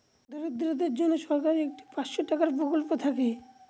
দরিদ্রদের জন্য সরকারের একটি পাঁচশো টাকার প্রকল্প থাকে